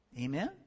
Amen